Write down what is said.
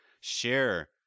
share